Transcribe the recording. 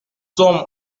sommes